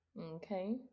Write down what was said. Okay